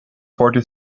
forty